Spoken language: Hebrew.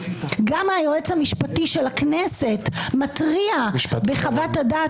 גם היועץ המשפטי של הכנסת מתריע בחוות הדעת